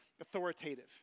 authoritative